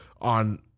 on